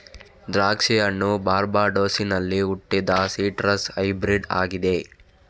ದ್ರಾಕ್ಷಿ ಹಣ್ಣು ಬಾರ್ಬಡೋಸಿನಲ್ಲಿ ಹುಟ್ಟಿದ ಸಿಟ್ರಸ್ ಹೈಬ್ರಿಡ್ ಆಗಿದೆ